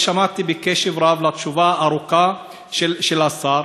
ושמעתי בקשב רב את התשובה הארוכה של השר,